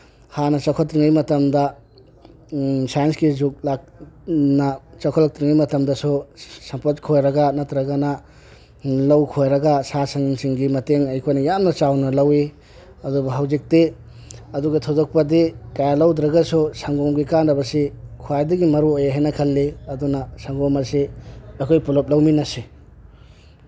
ꯍꯥꯟꯅ ꯆꯥꯎꯈꯠꯇ꯭ꯔꯤꯉꯩ ꯃꯇꯝꯗ ꯁꯥꯏꯟꯁꯀꯤ ꯖꯨꯛ ꯅ ꯆꯥꯎꯈꯠꯂꯛꯇ꯭ꯔꯤꯉꯩ ꯃꯇꯝꯁꯨ ꯁꯝꯄꯣꯠ ꯈꯣꯏꯔꯒ ꯅꯠꯇ꯭ꯔꯒꯅ ꯂꯧ ꯈꯣꯏꯔꯒ ꯁꯥ ꯁꯟꯁꯤꯡꯒꯤ ꯃꯇꯦꯡ ꯑꯩꯈꯣꯏꯅ ꯌꯥꯝꯅ ꯆꯥꯎꯅ ꯂꯧꯏ ꯑꯗꯨꯕꯨ ꯍꯧꯖꯤꯛꯇꯤ ꯑꯗꯨꯒ ꯊꯣꯏꯗꯣꯛꯄꯗꯤ ꯀꯌꯥ ꯂꯧꯗ꯭ꯔꯒꯁꯨ ꯁꯪꯒꯣꯝꯒꯤ ꯀꯥꯅꯕꯁꯤ ꯈ꯭ꯋꯥꯏꯗꯒꯤ ꯃꯔꯨ ꯑꯣꯏ ꯍꯥꯏꯅ ꯈꯜꯂꯤ ꯑꯗꯨꯅ ꯁꯪꯒꯣꯝ ꯑꯁꯤ ꯑꯩꯈꯣꯏ ꯄꯨꯂꯞ ꯂꯧꯃꯤꯟꯅꯁꯤ